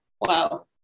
Wow